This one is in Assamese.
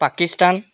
পাকিস্তান